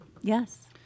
Yes